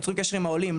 יוצרים קשר עם העולים,